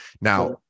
Now